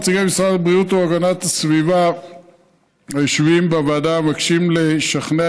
נציגי משרדי הבריאות והגנת הסביבה היושבים בוועדה מבקשים לשכנע